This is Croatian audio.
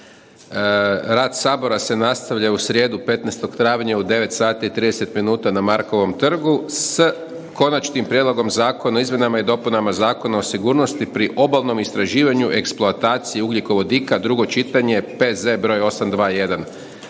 rad Sabora se nastavlja u srijedu 15.travnja u 9,30 na Markovom trgu s Konačnim prijedlogom Zakona o izmjenama i dopunama Zakona o sigurnosti pri obalnom istraživanju, eksploataciji ugljikovodika, drugo čitanje, P.Z. br. 821.